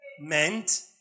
meant